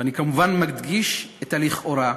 ואני כמובן מדגיש את ה"לכאורה",